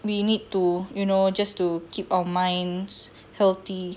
we need to you know just to keep our minds healthy